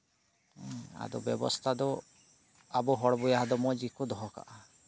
ᱟᱫᱚ ᱵᱮᱵᱚᱥᱛᱷᱟ ᱫᱚ ᱟᱵᱚ ᱦᱚᱲ ᱵᱚᱭᱦᱟ ᱫᱚ ᱢᱚᱸᱡᱽ ᱜᱮᱠᱚ ᱫᱚᱦᱚ ᱠᱟᱜᱼᱟ